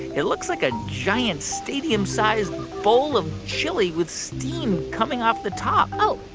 it looks like a giant, stadium-sized bowl of chili with steam coming off the top oh,